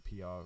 PR